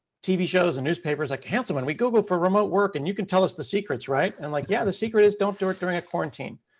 tv shows and newspapers, like, hanselman, we googled for remote work and you can tell us the secrets, right? and like, yeah, the secret is don't do it during a quarantine.